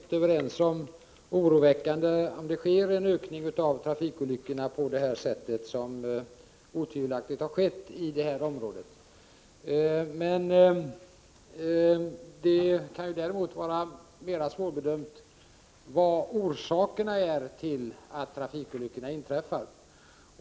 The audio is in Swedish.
Fru talman! Jag tror att vi är helt överens om att det naturligtvis är oroväckande om antalet trafikolyckor ökar på det sätt som otvivelaktigt har skett i det aktuella området. Däremot kan det vara svårare att bedöma orsakerna till trafikolyckorna.